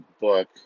book